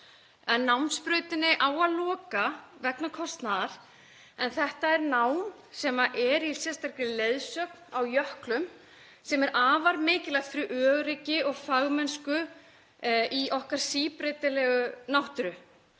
námsbrautinni á að loka vegna kostnaðar. Þetta er nám í sérstakri leiðsögn á jöklum sem er afar mikilvægt fyrir öryggi og fagmennsku í okkar síbreytilegu náttúru.